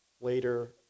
later